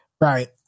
Right